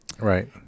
Right